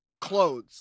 clothes